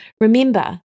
Remember